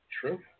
True